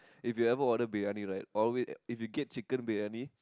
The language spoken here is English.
if you ever order Briyani right always if you get Chicken Briyani